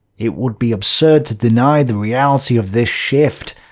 it would be absurd to deny the reality of this shift.